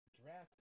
draft